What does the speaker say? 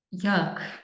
Yuck